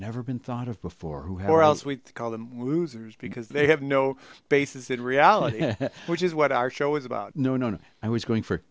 never been thought of before who have or else we call them losers because they have no basis in reality which is what our show is about no no no i was going for